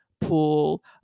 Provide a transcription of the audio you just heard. pool